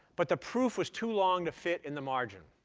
but the proof was too long to fit in the margin.